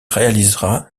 réalisera